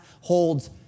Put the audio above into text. holds